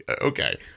okay